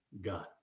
God